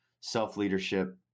self-leadership